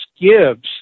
gives